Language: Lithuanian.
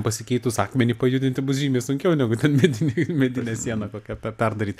pasikeitus akmenį pajudinti bus žymiai sunkiau negu ten medinį medinę sieną kokią ten perdaryti